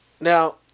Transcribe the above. Now